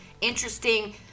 interesting